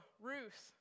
Ruth